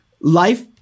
Life